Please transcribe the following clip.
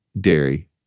dairy